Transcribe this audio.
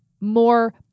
more